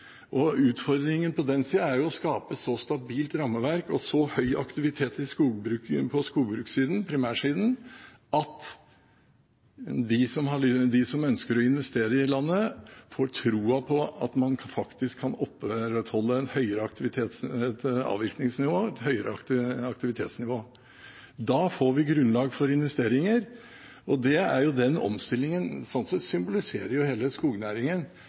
Utfordringen på den siden er å skape et så stabilt rammeverk og en så høy aktivitet i skogbruket på primærsiden at de som ønsker å investere i landet, får troen på at man faktisk kan opprettholde et høyere avvirkningsnivå og et høyere aktivitetsnivå. Da får vi grunnlag for investeringer. Sånn sett symboliserer hele skognæringen den omstillingen